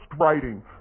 writing